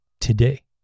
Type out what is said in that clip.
today